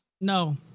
No